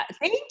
thank